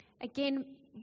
Again